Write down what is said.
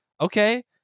okay